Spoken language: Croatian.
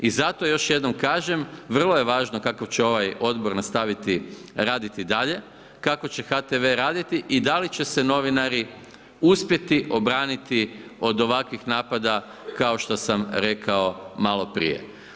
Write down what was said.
I zato još jednom kažem, vrlo je važno kako će ovaj Odbor nastaviti raditi dalje, kako će HTV raditi i da li će se novinari uspjeti obraniti od ovakvih napada kao što sam rekao maloprije.